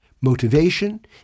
Motivation